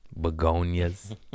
Begonias